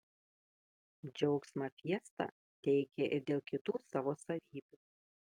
džiaugsmą fiesta teikia ir dėl kitų savo savybių